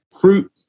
fruit